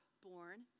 born